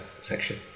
section